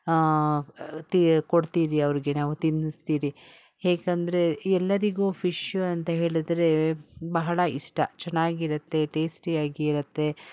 ಆಂ ತಿ ಕೊಡ್ತೀರಿ ಅವ್ರಿಗೆ ನಾವು ತಿನ್ನಿಸ್ತೀರಿ ಹೇಗೆಂದ್ರೆ ಎಲ್ಲರಿಗೂ ಫಿಶ್ಶು ಅಂತ ಹೇಳಿದ್ರೆ ಬಹಳ ಇಷ್ಟ ಚೆನ್ನಾಗಿರುತ್ತೆ ಟೇಸ್ಟಿಯಾಗಿರುತ್ತೆ